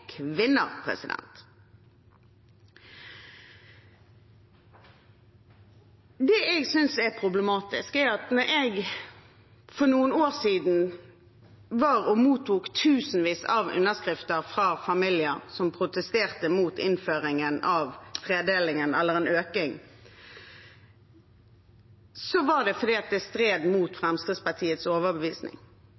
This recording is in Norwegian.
det jeg synes er problematisk. Da jeg for noen år siden var og mottok tusenvis av underskrifter fra familier som protesterte mot innføringen, eller en økning, av tredelingen, var det fordi det stred mot